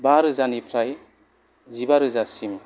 बा रोजानिफ्राय जिबा रोजासिम